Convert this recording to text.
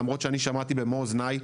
למרות שאני שמעתי במו אוזניי,